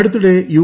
അടുത്തിടെ യു